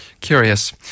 Curious